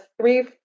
three